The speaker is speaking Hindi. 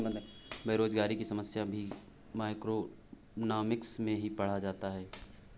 बेरोजगारी की समस्या को भी मैक्रोइकॉनॉमिक्स में ही पढ़ा जाता है